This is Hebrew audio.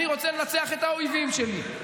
אני רוצה לנצח את האויבים שלי.